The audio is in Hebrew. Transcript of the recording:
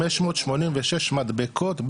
586 מדבקות,